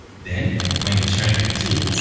then when he turned fifteen,